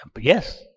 Yes